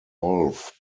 wolf